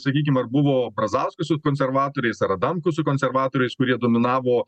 sakykim ar buvo brazauskas su konservatoriais ar adamkus su konservatoriais kurie dominavo